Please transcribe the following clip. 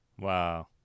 Wow